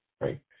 Right